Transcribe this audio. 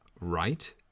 right